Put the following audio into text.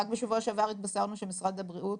רק בשבוע שעבר התבשרנו שמשרד הבריאות